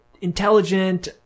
intelligent